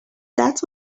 that